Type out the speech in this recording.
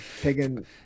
taking